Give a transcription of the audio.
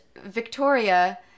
Victoria